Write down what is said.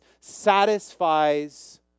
satisfies